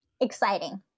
Exciting